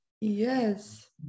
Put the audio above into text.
yes